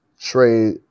trade